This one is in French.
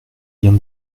bien